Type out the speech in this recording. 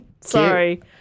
Sorry